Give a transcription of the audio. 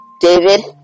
David